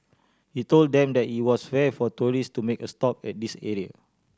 he told them that it was rare for tourist to make a stop at this area